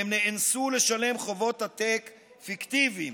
והם נאנסו לשלם חובות עתק פיקטיביים,